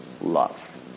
love